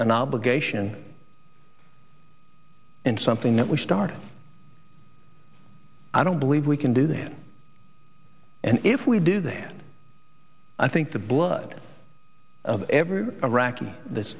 an obligation in something that we started i don't believe we can do that and if we do that i think the blood of every iraqi th